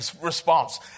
response